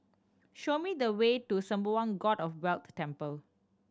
show me the way to Sembawang God of Wealth Temple